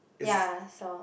ya I saw